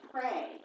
pray